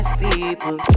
people